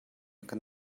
kan